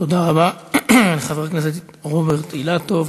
תודה רבה לחבר הכנסת רוברט אילטוב.